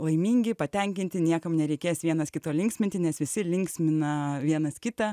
laimingi patenkinti niekam nereikės vienas kito linksminti nes visi linksmina vienas kitą